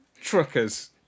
truckers